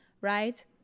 right